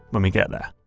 when we get there.